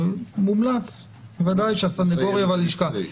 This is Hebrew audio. אבל מומלץ בוודאי הסנגוריה והלשכה.